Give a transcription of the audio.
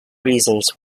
reasons